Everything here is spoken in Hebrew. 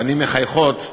פנים מחייכות,